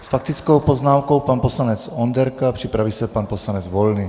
S faktickou poznámkou pan poslanec Onderka, připraví se pan poslanec Volný.